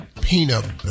peanut